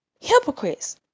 hypocrites